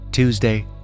Tuesday